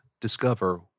discover